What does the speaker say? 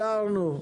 סגרנו.